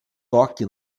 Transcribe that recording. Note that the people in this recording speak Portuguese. toque